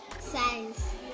science